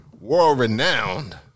world-renowned